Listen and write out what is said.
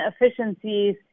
efficiencies